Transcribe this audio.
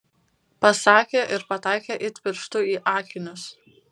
pasakė ir pataikė it pirštu į akinius